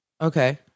Okay